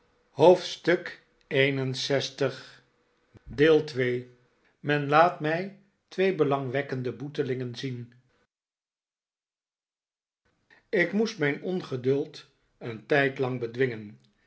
hoofdstuk lxi men laat mij twee belangwekkende boetelingen zien voor eenigen tijd in